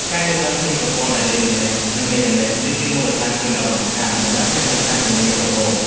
ការយល់ដឹងពីប្រព័ន្ធអេឡិចត្រូនិចនិងមេកានិច គឺជាមូលដ្ឋានគ្រឹះដ៏សំខាន់សម្រាប់អ្នកសិក្សាជំនាញរ៉ូបូត។